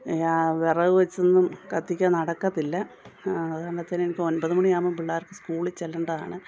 വിറക് വെച്ചൊന്നും കത്തിക്കാൻ നടക്കത്തില്ല അതു കാരണത്തിന് എനിക്ക് ഒൻപത് മണിയാകുമ്പോൾ പിള്ളേർക്കു സ്കൂളിൽ ചെല്ലേണ്ടതാണ്